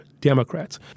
Democrats